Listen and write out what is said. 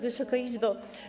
Wysoka Izbo!